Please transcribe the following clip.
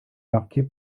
marqué